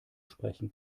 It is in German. sprechen